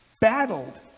battled